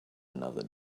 another